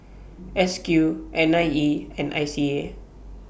S Q N I E and I C A